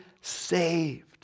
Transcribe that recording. saved